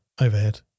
overhead